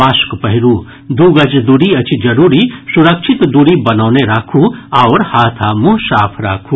mask पहिरू दू गज दूरी अछि जरूरी सुरक्षित दूरी बनौने राखू आओर हाथ आ मुंह साफ राखू